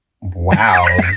Wow